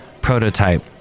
prototype